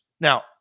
Now